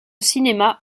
cinéma